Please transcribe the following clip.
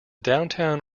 downtown